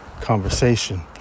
conversation